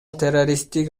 террористтик